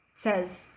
says